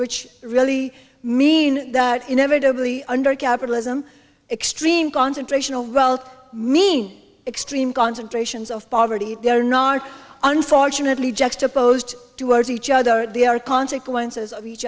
which really means that inevitably under capitalism extreme concentration of wealth meaning extreme concentrations of poverty they're not unfortunately juxtaposed to hurt each other they are consequences of each